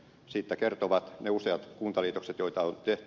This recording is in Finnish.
siitä kertovat ne useat kuntaliitokset joita on tehty